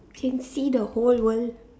can see the whole world